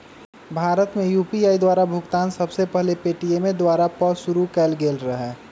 भारत में यू.पी.आई द्वारा भुगतान सबसे पहिल पेटीएमें द्वारा पशुरु कएल गेल रहै